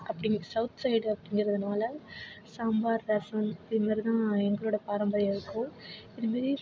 அப்படி south side அப்படிங்கறதுனால சாம்பார் ரசம் இது மாதிரி தான் எங்களோடய பாரம்பரியம் இருக்கும் இதுமாரி